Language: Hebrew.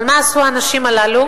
אבל מה עשו האנשים הללו?